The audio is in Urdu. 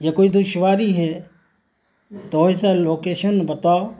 یا کوئی دشواری ہے تو ایسا لوکیشن بتاؤ